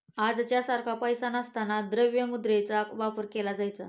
आजच्या सारखा पैसा नसताना द्रव्य मुद्रेचा वापर केला जायचा